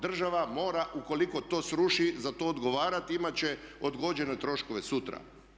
Država mora ukoliko to sruši za to odgovarati, imat će odgođene troškove sutra.